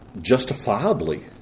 justifiably